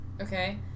Okay